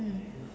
mm